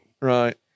Right